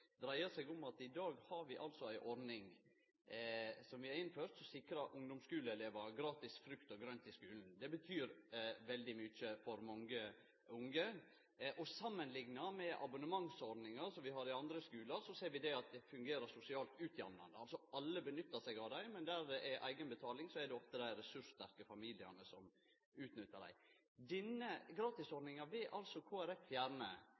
dreier seg om at vi i dag har ei ordning, som vi har innført, som sikrar ungdomsskuleelevar gratis frukt og grønt i skulen. Det betyr veldig mykje for mange unge. Samanlikna med abonnementsordningar som vi har i andre skular, ser vi at det fungerer sosialt utjamnande. Alle nyttar seg av dei, men der det er eigenbetaling, er det ofte dei ressurssterke familiane som nyttar dei. Denne